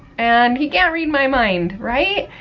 and he can't read my mind, right?